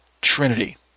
Trinity